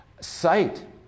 sight